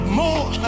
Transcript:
more